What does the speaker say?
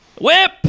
Whip